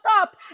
up